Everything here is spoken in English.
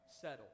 settle